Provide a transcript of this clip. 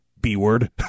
B-word